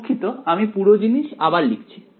দুঃখিত আমি পুরো জিনিস আবার লিখছি